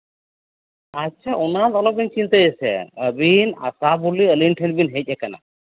ᱟᱪᱪᱷᱟ ᱚᱱᱟᱫᱚ ᱟᱞᱚᱵᱤᱱ ᱪᱤᱱᱛᱟᱹᱭᱟᱥᱮ ᱟᱹᱵᱤᱱ ᱟᱥᱟ ᱵᱚᱞᱮ ᱟᱹᱞᱤᱧ ᱴᱷᱮᱱ ᱵᱤᱱ ᱦᱮᱡ ᱠᱟᱱᱟ